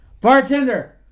Bartender